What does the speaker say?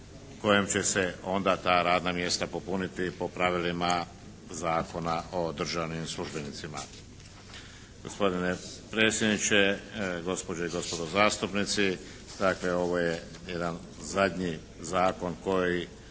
kojim će se onda ta radna mjesta popuniti po pravilima Zakona o državnim službenicima. Gospodine predsjedniče, gospođe i gospodo zastupnici dakle ovo je jedan zadnji zakon koji